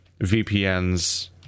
VPNs